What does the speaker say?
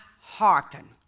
hearken